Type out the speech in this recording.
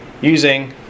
using